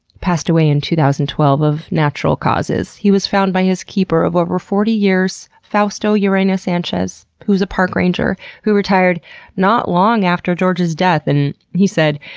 passed away in two thousand and twelve of natural causes. he was found by his keeper of over forty years, fausto llerena sanchez, who is a park ranger, who retired not long after george's death, and he said,